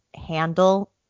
handle